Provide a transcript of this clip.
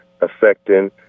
affecting